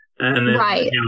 Right